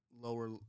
lower